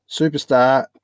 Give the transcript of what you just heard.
superstar